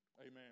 Amen